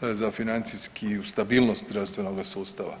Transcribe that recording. za financijsku stabilnost zdravstvenog sustava.